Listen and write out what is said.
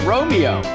Romeo